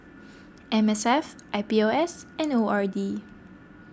M S F I P O S and O R D